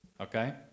okay